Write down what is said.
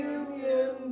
union